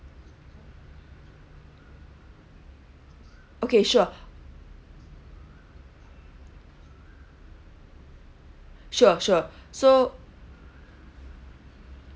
okay sure sure sure so